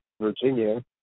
Virginia